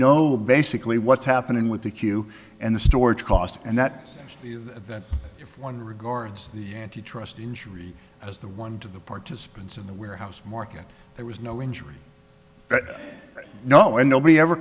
know basically what's happening with the queue and the storage costs and that is that if one regards the antitrust injury as the one to the participants of the warehouse market there was no injury no nobody ever